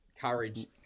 Courage